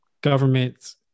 government